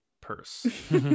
purse